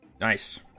Nice